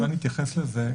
אולי אתייחס לזה.